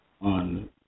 on